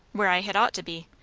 where i had ought to be.